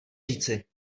říci